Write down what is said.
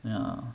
yeah